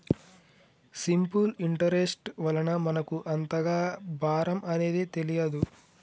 simple interest వలన మనకు అంతగా భారం అనేది తెలియదు